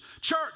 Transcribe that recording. Church